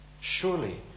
surely